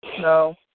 No